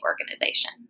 organization